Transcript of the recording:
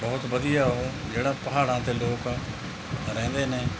ਬਹੁਤ ਵਧੀਆ ਉਹ ਜਿਹੜਾ ਪਹਾੜਾਂ 'ਤੇ ਲੋਕ ਰਹਿੰਦੇ ਨੇ